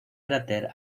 cráter